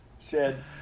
shed